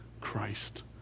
Christ